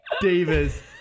Davis